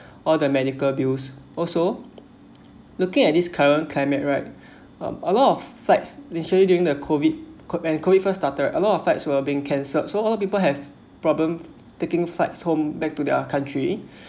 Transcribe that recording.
all the medical bills also looking at this current climate right um a lot of flights actually during the COVID CO~ eh COVID first started a lot of flights were being cancelled so a lot people have problem taking flights home back to their country